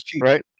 right